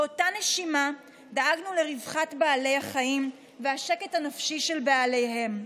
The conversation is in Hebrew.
באותה נשימה דאגנו לרווחת בעלי החיים ולשקט הנפשי של בעליהם.